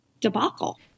debacle